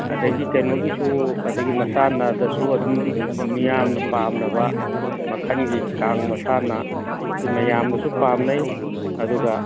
ꯑꯗꯒꯤ ꯀꯩꯅꯣꯒꯤꯁꯨ ꯑꯗꯒꯤ ꯃꯁꯥꯟꯅꯗꯁꯨ ꯑꯗꯨꯝ ꯃꯤꯌꯥꯝꯅ ꯄꯥꯝꯅꯕ ꯃꯈꯜꯒꯤ ꯀꯥꯡ ꯃꯁꯥꯟꯅꯁꯤ ꯃꯌꯥꯝꯅꯁꯨ ꯄꯥꯝꯅꯩ ꯑꯗꯨꯒ